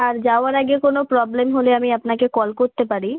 আর যাওয়ার আগে কোনও প্রবলেম হলে আমি আপনাকে কল করতে পারি